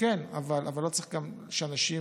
אבל גם לא צריך שאנשים